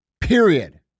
Period